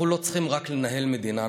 אנחנו לא צריכים רק לנהל מדינה,